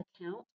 account